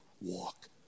walk